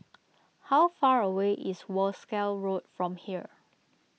how far away is Wolskel Road from here